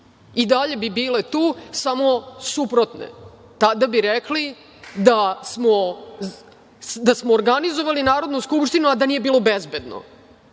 i dalje bi bile tu, samo suprotne. Tada bi rekli da smo organizovali Narodnu skupštinu, a da nije bilo bezbedno